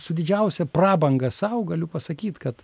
su didžiausia prabanga sau galiu pasakyt kad